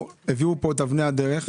הערנו את תשומת ליבכם לגבי מקבצי הדיור